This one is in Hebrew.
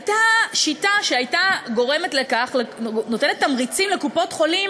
הייתה שיטה שהייתה נותנת תמריצים וגורמת לקופות-חולים